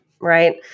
right